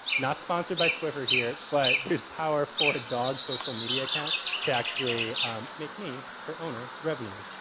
not sponsored by swiffer here. but there's power for a dog social media account to actually make me her owner revenue.